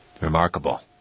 Remarkable